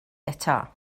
eto